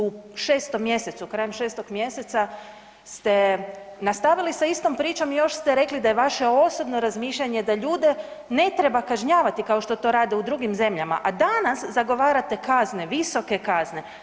U 6. mjesecu, krajem 6. mjeseca ste nastavili sa istom pričom i još ste rekli da je vaše osobno razmišljanje da ljude ne treba kažnjavati kao što to rade u drugim zemljama, a danas zagovarate kazne, visoke kazne.